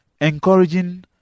encouraging